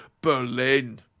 Berlin